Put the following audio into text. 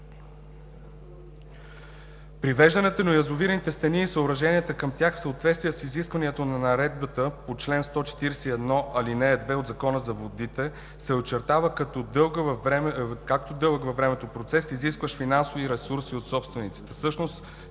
Привеждането на язовирните стени и съоръженията към тях в съответствие с изискванията на Наредбата по чл. 141, ал. 2 от Закона за водите се очертава като дълъг във времето процес, изискващ финансови ресурси от собствениците.